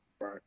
Right